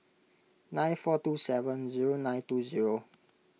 nine four two seven zero nine two zero